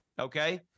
okay